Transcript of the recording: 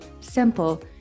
SIMPLE